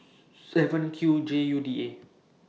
seven Q J U D eight